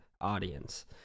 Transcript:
audience